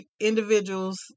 individuals